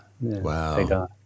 Wow